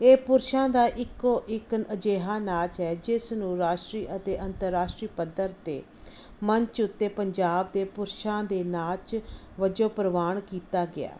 ਇਹ ਪੁਰਸ਼ਾਂ ਦਾ ਇੱਕੋ ਇੱਕ ਅਜਿਹਾ ਨਾਚ ਹੈ ਜਿਸ ਨੂੰ ਰਾਸ਼ਟਰੀ ਅਤੇ ਅੰਤਰਰਾਸ਼ਟਰੀ ਪੱਧਰ 'ਤੇ ਮੰਚ ਉੱਤੇ ਪੰਜਾਬ ਦੇ ਪੁਰਸ਼ਾਂ ਦੇ ਨਾਚ ਵਜੋਂ ਪ੍ਰਵਾਨ ਕੀਤਾ ਗਿਆ